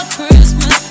Christmas